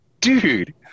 dude